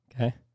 Okay